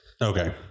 Okay